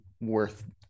worth